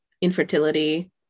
infertility